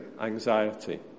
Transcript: anxiety